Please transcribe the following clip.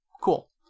Cool